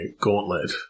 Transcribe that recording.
gauntlet